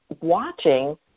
watching